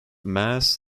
maas